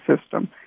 system